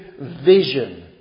vision